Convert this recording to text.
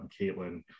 Caitlin